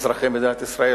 אזרחי מדינת ישראל,